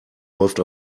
läuft